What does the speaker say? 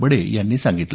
बडे यांनी सांगितलं